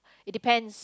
it depends